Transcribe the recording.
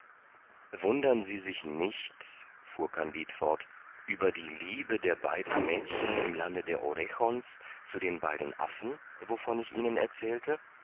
wundern sie sich nicht fuhr kandid fort über die liebe der beiden mädchen im lande der orechon's zu den beiden affen wovon ich ihnen erzählte